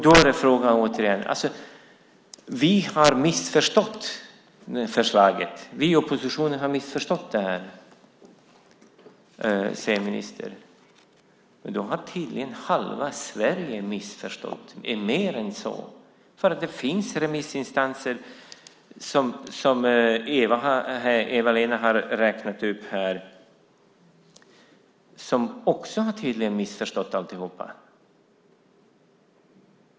Vi i oppositionen har missförstått förslaget, säger ministern. Då har tydligen halva Sverige missförstått det, mer än så, för det finns remissinstanser, som Eva-Lena har räknat upp här, som tydligen också har missförstått alltihop.